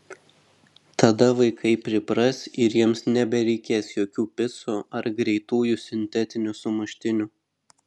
tada vaikai pripras ir jiems nebereikės jokių picų ar greitųjų sintetinių sumuštinių